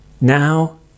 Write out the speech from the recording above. Now